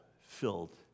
filled